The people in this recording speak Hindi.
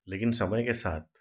लेकिन समय के साथ